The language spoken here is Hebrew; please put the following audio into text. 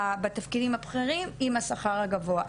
בתפקידים הבכירים עם השכר הגבוה.